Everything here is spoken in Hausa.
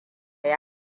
yi